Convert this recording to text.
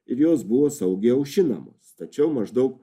ir jos buvo saugiai aušinamos tačiau maždaug